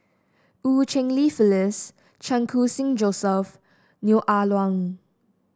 Eu Cheng Li Phyllis Chan Khun Sing Joseph Neo Ah Luan